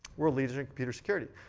world leaders in computer security.